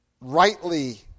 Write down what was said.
rightly